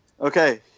Okay